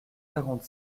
quarante